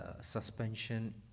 suspension